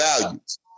values